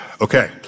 Okay